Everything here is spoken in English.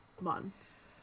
months